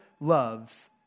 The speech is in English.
loves